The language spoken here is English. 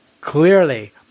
Clearly